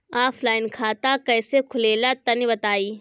Offline खाता कइसे खुलेला तनि बताईं?